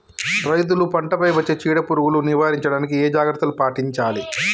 రైతులు పంట పై వచ్చే చీడ పురుగులు నివారించడానికి ఏ జాగ్రత్తలు పాటించాలి?